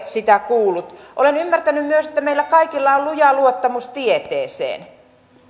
sitä kuullut olen ymmärtänyt myös että meillä kaikilla on luja luottamus tieteeseen